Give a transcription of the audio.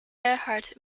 erhard